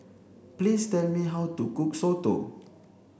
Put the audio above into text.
please tell me how to cook Soto